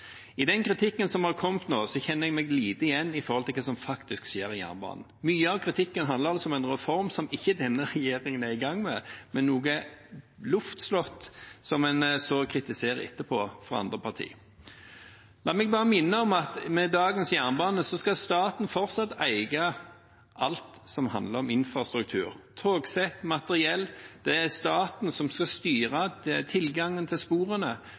Den kritikken som har kommet nå, kjenner jeg meg lite igjen i i forhold til hva som faktisk skjer i jernbanen. Mye av kritikken handler altså om en reform som denne regjeringen ikke er i gang med, men et slags luftslott som så kritiseres etterpå fra andres partiers side. La meg bare minne om at med dagens jernbane skal staten fortsatt eie alt som handler om infrastruktur. Togsett og materiell – det er staten som skal styre tilgangen til sporene,